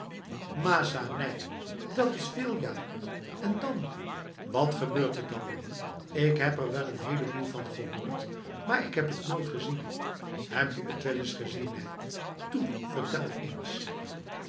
masa nèh dat is veel ja en dan wat gebeurt er dan ik heb er wel n heleboel van gehoord maar ik heb het nooit gezien heb jij het wel eens gezien nèhtoe vertel eens